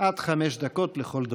עד חמש דקות לכל דובר.